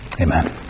amen